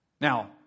Now